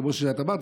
כמו שאת אמרת,